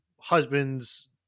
husbands